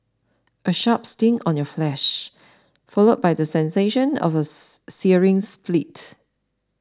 a sharp sting on your flesh followed by the sensation of a searing split